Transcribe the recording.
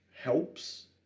helps